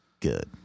Good